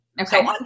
okay